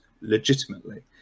legitimately